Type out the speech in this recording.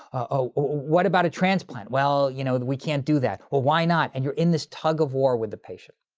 ah what about a transplant? well you know, we can't do that. well, why not, and you're in this tug of war with the patient.